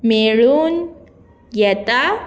मेळून येता